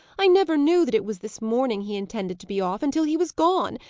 i never knew that it was this morning he intended to be off, until he was gone,